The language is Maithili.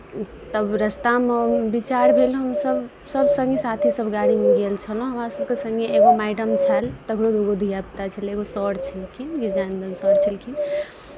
तब रास्तामे विचार भेल हमसभ सभ सङ्गी साथी सभ गाड़ीमे गेल छलहुँ हमरासभके सङ्गे एगो मैडम छएल तकरो दूगो धियापुता छलय एगो सर छलखिन गिरिजा नन्दन सर छलखिन